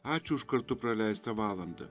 ačiū už kartu praleistą valandą